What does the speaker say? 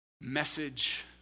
message